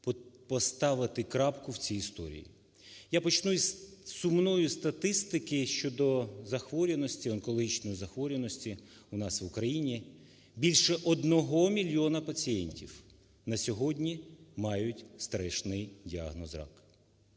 поставити крапку в цій історії. Я почну із сумної статистики щодо захворюваності, онкологічної захворюваності. У нас в Україні більше 1 мільйона пацієнтів на сьогодні мають страшний діагноз рак.